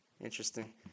Interesting